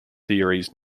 theories